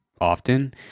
often